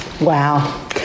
wow